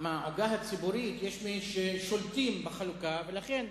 מהעוגה הציבורית, יש מי ששולטים בחלוקה, ולכן,